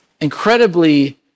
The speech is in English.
incredibly